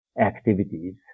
activities